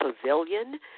pavilion